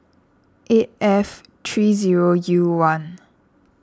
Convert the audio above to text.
eight F three zero U one